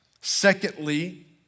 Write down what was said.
Secondly